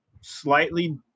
slightly